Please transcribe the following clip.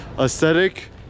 aesthetic